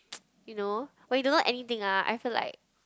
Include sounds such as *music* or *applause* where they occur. *noise* you know or you don't know anything ah I feel like